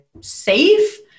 safe